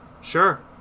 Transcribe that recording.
sure